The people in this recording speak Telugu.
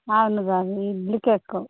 అవునుగాని ఇడ్లీకే ఎక్కవ